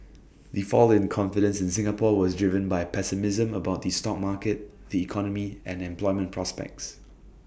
the fall in confidence in Singapore was driven by pessimism about the stock market the economy and employment prospects